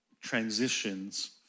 transitions